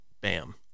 Bam